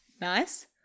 Nice